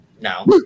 No